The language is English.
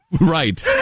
right